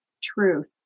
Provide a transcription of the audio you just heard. truth